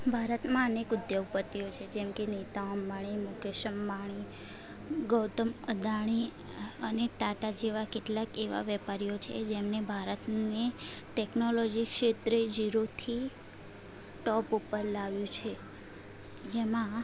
ભારતમાં અનેક ઉદ્યોગપતિઓ છે જેમકે નીતા અંબાણી મુકેશ અંબાણી ગૌતમ અદાણી અને ટાટા જેવા કેટલાક એવા વેપારીઓ છે જેમણે ભારતને ટેકનોલોજી ક્ષેત્રે ઝીરોથી ટોપ ઉપર લાવ્યું છે જેમાં